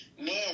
men